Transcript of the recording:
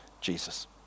Jesus